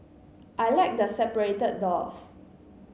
I like the separated doors